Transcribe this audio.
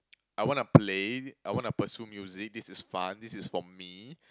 I wanna play I wanna pursue music this is fun this is from me